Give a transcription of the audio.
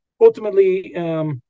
ultimately